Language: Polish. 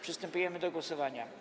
Przystępujemy do głosowania.